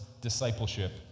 discipleship